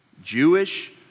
Jewish